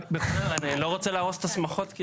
אני לא רוצה להרוס את השמחות.